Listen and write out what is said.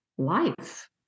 life